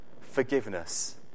forgiveness